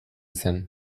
zen